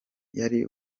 yari